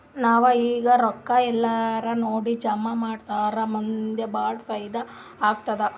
ನಾವ್ ಈಗ್ ರೊಕ್ಕಾ ಎಲ್ಲಾರೇ ನೋಡಿ ಜಮಾ ಮಾಡುರ್ ಮುಂದ್ ಭಾಳ ಫೈದಾ ಆತ್ತುದ್